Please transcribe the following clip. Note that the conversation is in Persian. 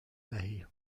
دهی